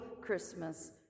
Christmas